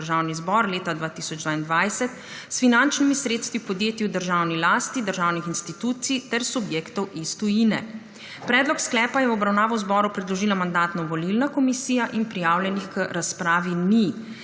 Državni zbor leta 2022 s finančnimi sredstvi podjetij v državni lasti, državnih institucij ter subjektov iz tujine. Predlog sklepa je v obravnavo zbora predložila Mandatno-volilna komisija in prijavljenih k razpravi ni,